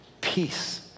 peace